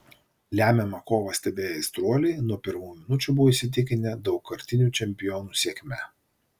lemiamą kovą stebėję aistruoliai nuo pirmųjų minučių buvo įsitikinę daugkartinių čempionų sėkme